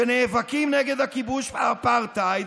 שנאבקים נגד הכיבוש והאפרטהייד,